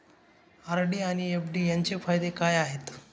RD आणि FD यांचे फायदे काय आहेत?